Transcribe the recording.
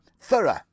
thorough